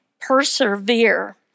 persevere